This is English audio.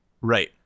Right